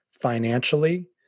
financially